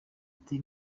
ati